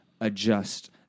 adjust